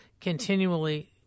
continually